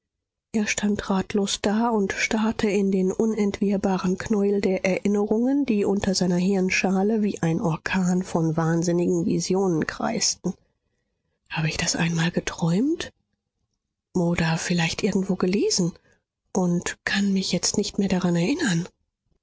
er stand ratlos da und starrte in den unentwirrbaren knäuel der erinnerungen die unter seiner hirnschale wie ein orkan von wahnsinnigen visionen kreisten habe ich das einmal geträumt oder vielleicht irgendwo gelesen und kann mich jetzt nicht mehr daran erinnern